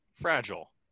fragile